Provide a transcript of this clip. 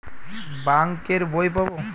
Bank এর বই পাবো?